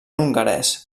hongarès